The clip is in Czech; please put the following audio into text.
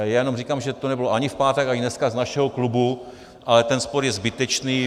Jenom říkám, že to nebylo ani v pátek, ani dneska z našeho klubu, ale ten spor je zbytečný.